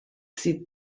sie